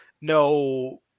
No